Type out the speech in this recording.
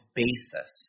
basis